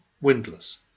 windless